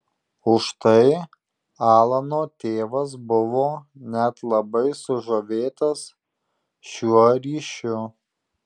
užtai alano tėvas buvo net labai sužavėtas šiuo ryšiu